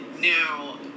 Now